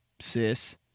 sis